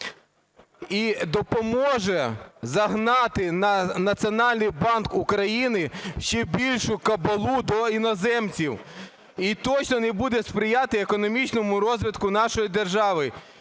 і допоможе загнати Національний банк України в ще більшу кабалу до іноземців, і точно не буде сприяти економічному розвитку нашої держави.